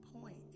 point